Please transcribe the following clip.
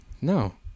No